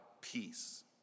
peace